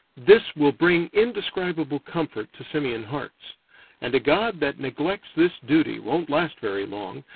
this will bring indescribable comfort to simian hearts and a god that neglects this duty won't last very long,